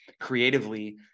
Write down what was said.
creatively